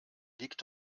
liegt